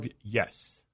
yes